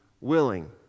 willing